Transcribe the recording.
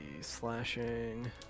slashing